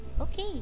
okay